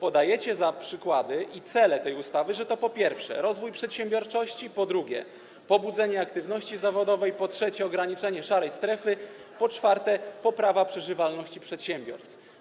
Podajecie, że celami tej ustawy są, po pierwsze, rozwój przedsiębiorczości, po drugie, pobudzenie aktywności zawodowej, po trzecie, ograniczenie szarej strefy, po czwarte, poprawa przeżywalności przedsiębiorstw.